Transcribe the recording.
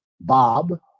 bob